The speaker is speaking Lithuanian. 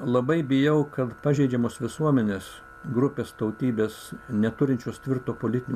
labai bijau kad pažeidžiamos visuomenės grupės tautybės neturinčios tvirto politinio